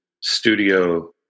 studio